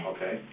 Okay